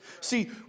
See